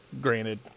granted